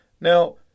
Now